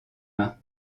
mains